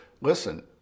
listen